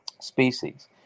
species